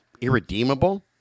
irredeemable